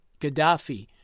Gaddafi